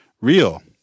real